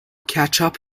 کچاپ